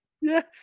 Yes